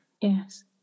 Yes